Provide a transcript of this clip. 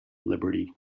liberty